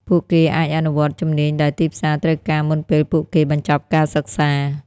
ពួកគេអាចអនុវត្តជំនាញដែលទីផ្សារត្រូវការមុនពេលពួកគេបញ្ចប់ការសិក្សា។